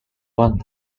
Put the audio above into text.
one